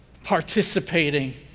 participating